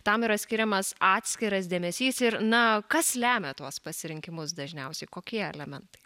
tam yra skiriamas atskiras dėmesys ir na kas lemia tuos pasirinkimus dažniausiai kokie elementai